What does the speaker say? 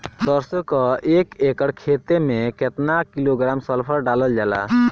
सरसों क एक एकड़ खेते में केतना किलोग्राम सल्फर डालल जाला?